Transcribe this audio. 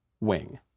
wing